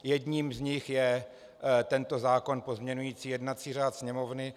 Jedním z nich je tento zákon pozměňující jednací řád Sněmovny.